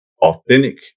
authentic